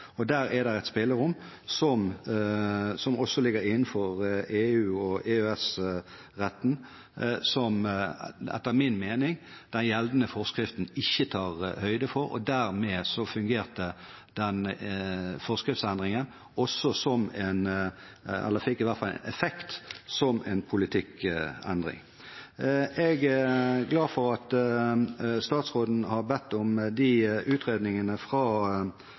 Der er det et spillerom som også ligger innenfor EU- og EØS-retten, som, etter min mening, den gjeldende forskriften ikke tar høyde for, og dermed fikk forskriftsendringen effekt som en politikkendring. Jeg er glad for at statsråden har bedt om de utredningene fra